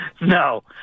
No